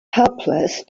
helpless